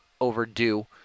overdue